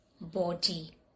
body